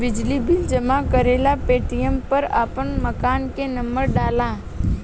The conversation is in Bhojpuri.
बिजली बिल जमा करेला पेटीएम पर आपन मकान के नम्बर डाल